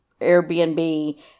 Airbnb